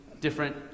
different